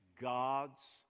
God's